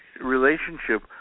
relationship